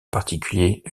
particulier